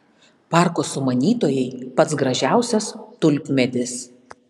parko sumanytojai pats gražiausias tulpmedis